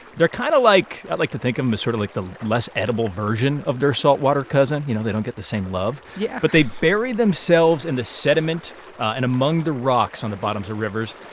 they're kind of like i like to think of them as sort of like the less edible version of their saltwater cousin you know, they don't get the same love yeah but they bury themselves in the sediment and among the rocks on the bottoms of rivers.